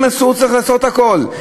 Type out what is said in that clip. אם אסור, צריך לאסור את הכול.